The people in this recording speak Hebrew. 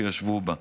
שישבו בה.